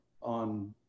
on